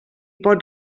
pot